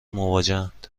مواجهاند